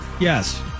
Yes